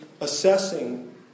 assessing